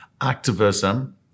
Activism